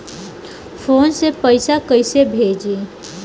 Phone से पैसा कैसे भेजी?